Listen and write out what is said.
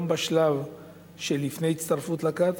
גם בשלב שלפני הצטרפות לכת,